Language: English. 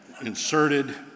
inserted